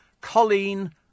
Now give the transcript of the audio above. Colleen